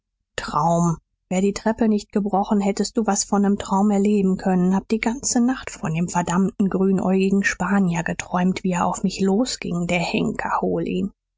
traum wär die treppe nicht gebrochen hättest du was von nem traum erleben können hab die ganze nacht von dem verdammten grünäugigen spanier geträumt wie er auf mich losging der henker hol ihn